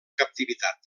captivitat